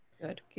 Good